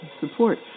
support